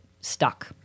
stuck